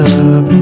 up